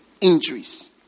injuries